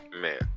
man